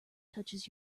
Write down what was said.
touches